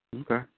Okay